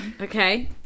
Okay